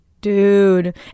dude